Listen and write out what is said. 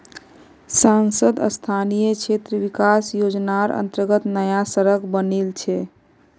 सांसद स्थानीय क्षेत्र विकास योजनार अंतर्गत नया सड़क बनील छै